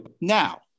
now